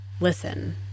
listen